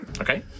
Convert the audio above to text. Okay